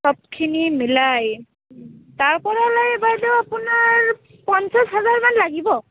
সবখিনি মিলাই তাৰপৰা ওলাই বাইদেউ আপোনাৰ পঞ্চাছ হাজাৰমান লগিব